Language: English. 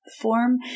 form